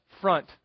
front